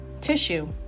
tissue